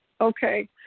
Okay